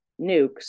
nukes